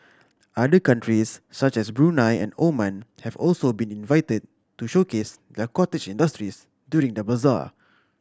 other countries such as Brunei and Oman have also been invited to showcase their cottage industries during the bazaar